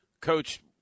Coach